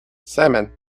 salmon